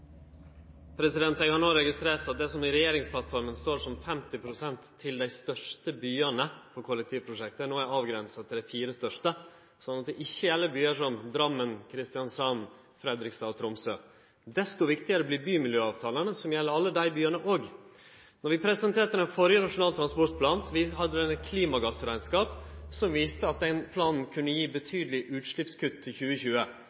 at det som står i regjeringsplattforma om 50 pst. til dei største byane til kollektivprosjekt, no er avgrensa til dei fire største. Så dette gjeld ikkje byar som Drammen, Kristiansand, Fredrikstad og Tromsø. Desto viktigare vert derfor bymiljøavtalane, som gjeld alle dei byane òg. Då vi presenterte den førre Nasjonal transportplan, inneheldt den ein klimagassrekneskap, som viste at transportplanen kunne gje betydelege utsleppskutt til 2020.